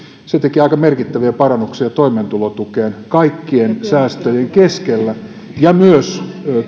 se teki aika merkittäviä parannuksia toimeentulotukeen kaikkien säästöjen keskellä ja myös